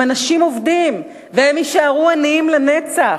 הם אנשים עובדים והם יישארו עניים לנצח,